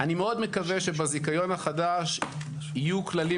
אני מאוד מקווה שבזיכיון החדש יהיו כללים